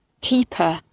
keeper